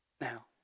Now